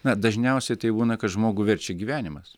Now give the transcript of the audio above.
na dažniausiai tai būna kad žmogų verčia gyvenimas